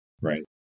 right